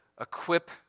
equip